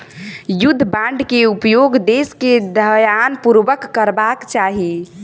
युद्ध बांड के उपयोग देस के ध्यानपूर्वक करबाक चाही